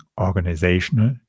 organizational